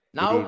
Now